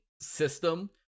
system